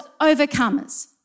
overcomers